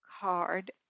Card